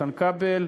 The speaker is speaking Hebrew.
איתן כבל,